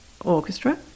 orchestra